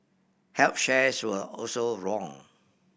health shares were also wrong